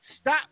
stop